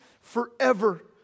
forever